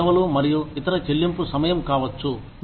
ఇది సెలవులు మరియు ఇతర చెల్లింపు సమయం కావచ్చు